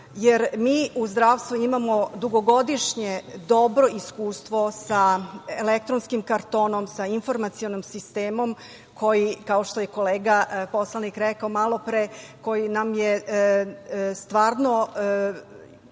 jer mi u zdravstvu imamo dugogodišnje dobro iskustvo sa elektronskim kartonom, sa informacionim sistemom, kao što je kolega poslanik rekao malo pre, koji nam je stvarno